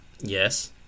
Yes